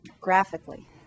graphically